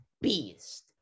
beast